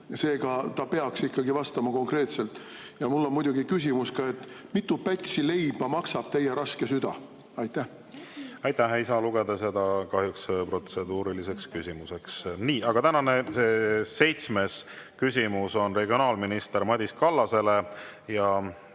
seega ta peaks ikkagi vastama konkreetselt. Ja mul on muidugi küsimus ka: mitu pätsi leiba maksab teie raske süda? Aitäh! Ei saa lugeda seda kahjuks protseduuriliseks küsimuseks. Tänane seitsmes küsimus on regionaalminister Madis Kallasele,